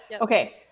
Okay